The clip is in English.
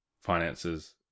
finances